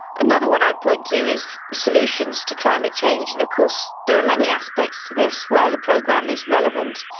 another one i'd point to is solutions to climate change, and of course there are many aspects to this where the program is relevant.